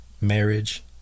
marriage